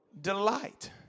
Delight